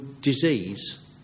disease